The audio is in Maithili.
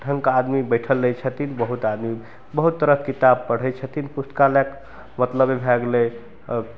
ढंगके आदमी बैठल रहय छथिन बहुत आदमी बहुत तरहके किताब पढय छथिन पुस्तकालयके मतलब भए गेलय